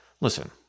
listen